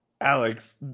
Alex